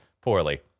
poorly